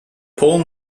poem